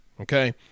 okay